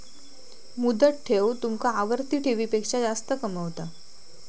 मुदत ठेव तुमका आवर्ती ठेवीपेक्षा जास्त कमावता